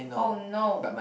!oh no!